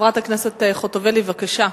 חברת הכנסת חוטובלי, בבקשה.